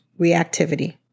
reactivity